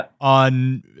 on